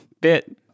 bit